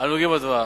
הנוגעים בדבר.